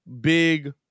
big